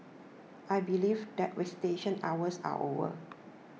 I believe that visitation hours are over